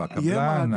הקבלן?